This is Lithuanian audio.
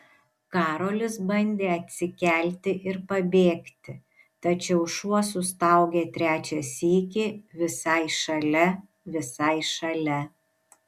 karolis bandė atsikelti ir pabėgti tačiau šuo sustaugė trečią sykį visai šalia visai šalia